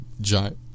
giant